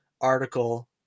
article